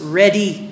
ready